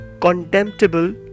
contemptible